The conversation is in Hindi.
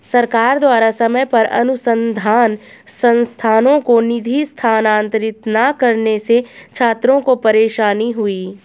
सरकार द्वारा समय पर अनुसन्धान संस्थानों को निधि स्थानांतरित न करने से छात्रों को परेशानी हुई